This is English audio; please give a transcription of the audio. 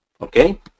okay